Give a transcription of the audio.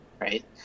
right